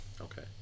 okay